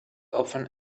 often